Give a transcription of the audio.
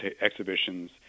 exhibitions